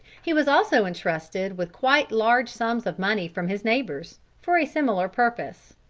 he was also entrusted with quite large sums of money from his neighbors, for a similar purpose.